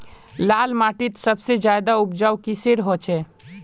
लाल माटित सबसे ज्यादा उपजाऊ किसेर होचए?